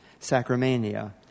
Sacramania